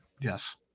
yes